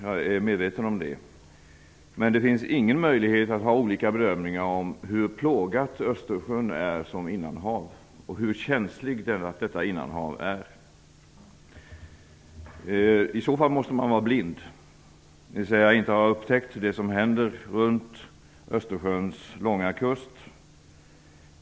Jag är medveten om det. Men det finns ingen möjlighet att göra olika bedömningar om hur plågat och känsligt Östersjön är som innanhav. I så fall måste man vara blind och inte ha upptäckt vad som händer runt Östersjöns långa kust.